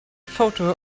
photo